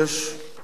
כל שנה,